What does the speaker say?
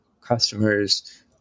customers